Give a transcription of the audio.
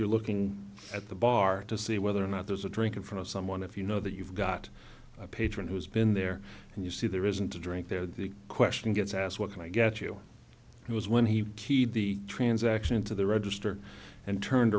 you're looking at the bar to see whether or not there's a drink in front of someone if you know that you've got a patron who's been there and you see there isn't a drink there the question gets asked what can i get you he was when he keyed the transaction into the register and turned